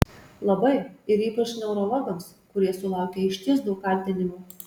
labai ir ypač neurologams kurie sulaukia išties daug kaltinimų